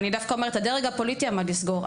אני דווקא אומרת שהדרג הפוליטי עמד לסגור.